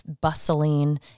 bustling